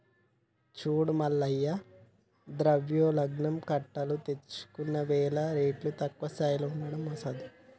చూడు మల్లయ్య ద్రవ్యోల్బణం కట్టలు తెంచుకున్నవేల రేట్లు తక్కువ స్థాయిలో ఉండడం అసాధ్యం